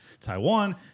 Taiwan